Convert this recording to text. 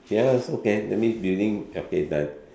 ya also can that means building okay done